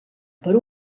per